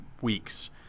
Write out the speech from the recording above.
weeks